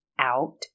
out